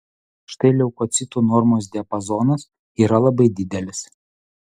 štai leukocitų normos diapazonas yra labai didelis